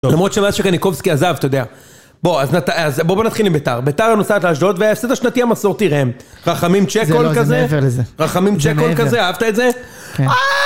למרות שמאז שכן יקובסקי עזב, אתה יודע. בוא, אז בוא בוא נתחיל עם בית"ר. בית"ר הנוסעת לאשדוד וההפסד השנתי המסורתי רם. רחמים צ'קול כזה? רחמים צ'קול כזה? אהבת את זה? כן.